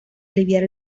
aliviar